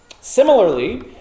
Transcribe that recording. Similarly